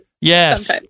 Yes